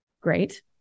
Great